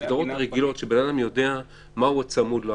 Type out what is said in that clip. הרגילות שבן אדם יודע מהו הצמוד לו,